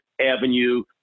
avenue